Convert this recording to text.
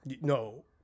No